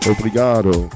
Obrigado